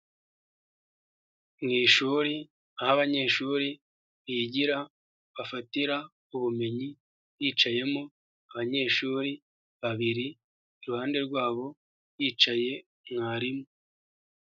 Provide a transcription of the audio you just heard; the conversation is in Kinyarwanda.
Mu ishuri aho abanyeshuri bigira, bafatira ubumenyi bicayemo, abanyeshuri babiri, iruhande rwabo hicaye mwarimu.